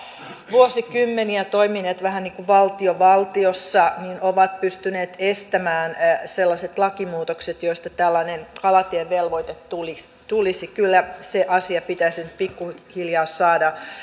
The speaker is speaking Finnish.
vuosikymmeniä toimineet vähän niin kuin valtio valtiossa ovat pystyneet estämään sellaiset lakimuutokset joista tällainen kalatievelvoite tulisi tulisi että se asia saataisiin nyt pikkuhiljaa